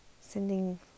sending